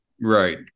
Right